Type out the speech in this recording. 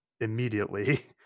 immediately